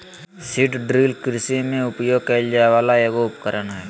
seed drill कृषि में उपयोग कइल जाय वला एगो उपकरण हइ